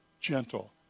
gentle